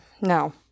No